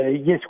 Yes